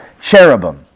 cherubim